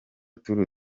tour